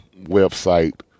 website